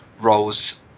roles